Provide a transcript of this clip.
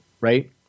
right